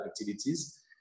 activities